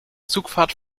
zugfahrt